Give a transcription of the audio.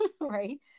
right